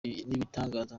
ibitangaza